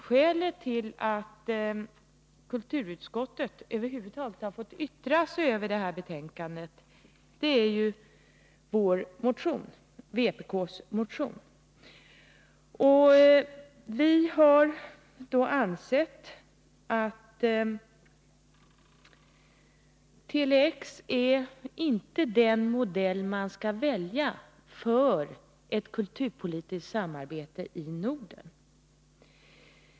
Skälet till att kulturutskottet över huvud taget har fått yttra sig i detta sammanhang är ju vpk:s motion. Enligt vår åsikt är inte Tele-X den modell som man bör välja för ett kulturpolitiskt samarbete i Norden.